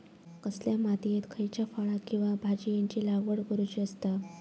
कसल्या मातीयेत खयच्या फळ किंवा भाजीयेंची लागवड करुची असता?